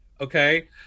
okay